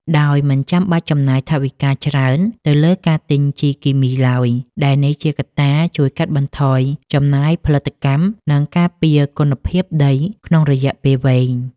ដោយមិនចាំបាច់ចំណាយថវិកាច្រើនទៅលើការទិញជីគីមីឡើយ ដែលនេះជាកត្តាជួយកាត់បន្ថយចំណាយផលិតកម្ម និងការពារគុណភាពដីក្នុងរយៈពេលវែង។